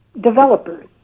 developers